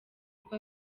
uko